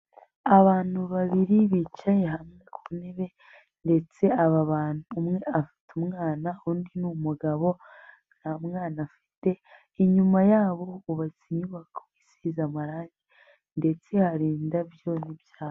Abantu babiri bicaye hamwe ku ntebe ndetse aba bantu, umwe afite umwana, undi ni umugabo, nta mwana afite, inyuma yabo hubatse inyubako isize amarangi ndetse hari indabyo n'ibyatsi.